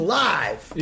live